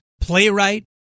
playwright